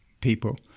people